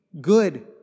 good